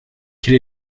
quel